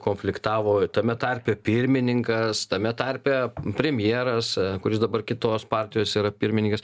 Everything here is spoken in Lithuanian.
konfliktavo tame tarpe pirmininkas tame tarpe premjeras kuris dabar kitos partijos yra pirmininkas